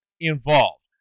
involved